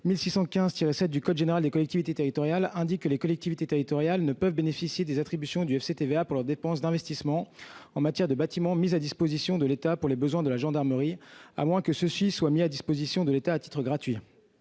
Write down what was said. L. 1615-7 du code général des collectivités territoriales (CGCT) dispose que les collectivités territoriales ne peuvent pas bénéficier des attributions du FCTVA pour leurs dépenses d'investissement en matière de bâtiments mis à disposition de l'État pour les besoins de la gendarmerie, à moins que ceux-ci ne soient mis à disposition de l'État à titre gratuit.